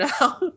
now